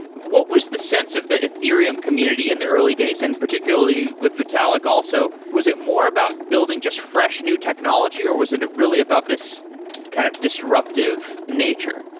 what was the sense of the ethereum community in the early days, and particularly with vitalik also. was it more about building just fresh new technology, or was it really about this kind of disruptive nature?